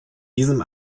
diesem